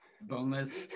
Boneless